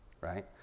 right